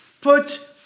Put